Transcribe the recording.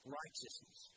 righteousness